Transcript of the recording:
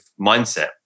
mindset